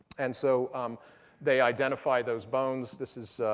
and so they identify those bones. this is